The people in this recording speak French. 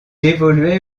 évoluait